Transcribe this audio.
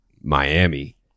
Miami